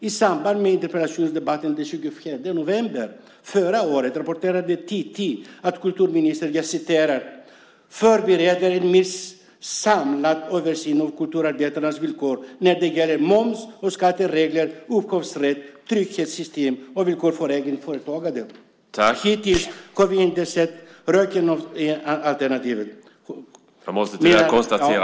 I samband med interpellationsdebatten den 24 november förra året rapporterade TT att kulturministern förbereder en mer samlad översyn av kulturarbetarnas villkor när det gäller moms och skatteregler, upphovsrätt, trygghetssystem och villkor för eget företagande. Hittills har vi inte sett röken av något initiativ.